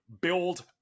build